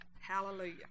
Hallelujah